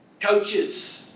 Coaches